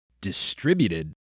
Distributed